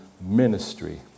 ministry